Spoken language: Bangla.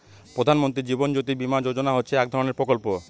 প্রধান মন্ত্রী জীবন জ্যোতি বীমা যোজনা হচ্ছে এক ধরনের প্রকল্প